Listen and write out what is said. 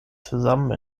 zusammen